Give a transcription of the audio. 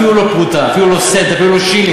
אפילו לא פרוטה, אפילו לא סנט, אפילו לא שילינג.